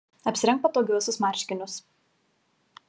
apsirenk patogiuosius marškinius